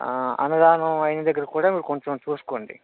అన్నదానం అయిన దగ్గర కూడా మీరు కొంచుం చూసుకోండి